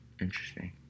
Interesting